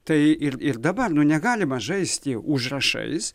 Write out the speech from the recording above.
tai ir ir dabar nu negalima žaisti užrašais